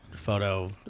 photo